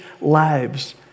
lives